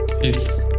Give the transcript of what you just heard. peace